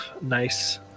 nice